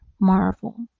marvel